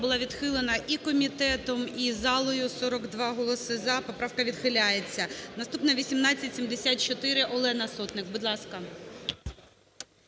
була відхилена і комітетом, і залою. 42 голоси - "за", поправка відхиляється. Наступна – 1874/ Олена Сотник. Будь ласка.